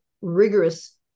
rigorous